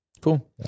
Cool